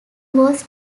was